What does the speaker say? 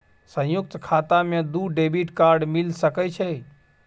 संयुक्त खाता मे दू डेबिट कार्ड मिल सके छै?